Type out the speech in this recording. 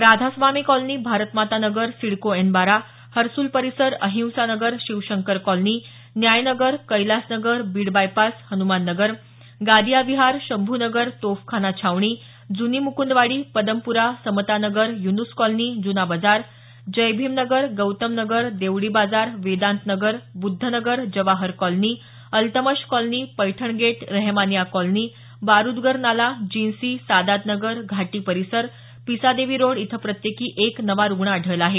Radhaswami colony Bharatmata Nagar CIDCO N बारा हर्सुल परिसर Ahimsa Nagar Shivshankar colony Nyay Nagar Kailas Nagar Beed bypass Hanuman Nagar Gadiya Vihar Shambhu Nagar Tofkhana Chhavani Juni Mukundwadi Padampura Samata Nagar Yunus colony Juna Bazar Jay Bhim Nagar Gautam Nagar Devdi Bazar Vedant Nagar Buddha Nagar Jawahar colony Altamash colony Paithan gate Rehmaniya colony Barudgar Nala Jinsi Sadat Nagar Ghati परिसर पिसादेवी रोड इथं प्रत्येकी एक नवा रुग्ण आढळला आहे